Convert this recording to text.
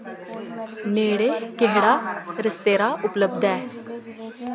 नेड़ै केह्ड़ा रेस्तरां उपलब्ध ऐ